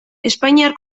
espainiar